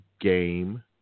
game